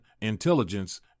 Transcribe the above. intelligence